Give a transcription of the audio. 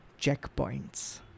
checkpoints